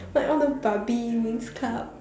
like all the barbie winx club